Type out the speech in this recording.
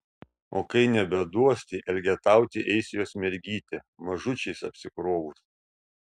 o kai nebeduos tai elgetauti eis jos mergytė mažučiais apsikrovus